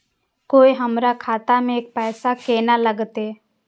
कोय हमरा खाता में पैसा केना लगते?